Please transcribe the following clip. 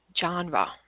genre